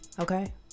Okay